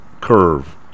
curve